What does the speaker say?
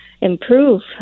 improve